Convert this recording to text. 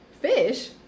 Fish